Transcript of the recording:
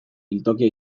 biltokia